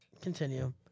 Continue